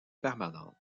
permanentes